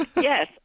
yes